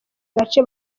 gace